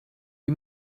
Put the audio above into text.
you